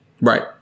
right